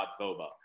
Boba